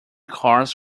cars